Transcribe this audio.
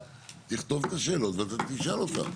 אז אני אומר לך, תכתוב את השאלות ואתה תשאל אותן.